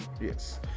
Yes